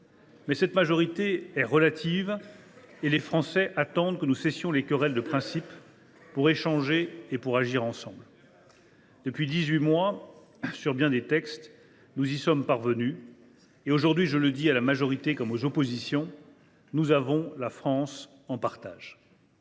Mais cette majorité est relative, et les Français attendent que nous cessions les querelles de principes pour échanger et pour agir ensemble. « Depuis dix huit mois, sur bien des textes, nous y sommes parvenus. » En abandonnant toute ambition !« Et aujourd’hui, je le dis à la majorité comme aux oppositions, nous avons la France en partage.